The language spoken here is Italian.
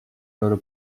loro